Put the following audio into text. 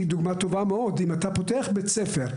דוגמה טובה מאוד: אם אתה פותח בית ספר,